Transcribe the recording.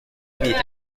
meetings